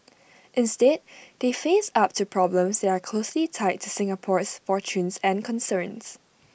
instead they face up to problems that are closely tied to Singapore's fortunes and concerns